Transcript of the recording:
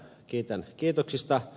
kiitän kiitoksista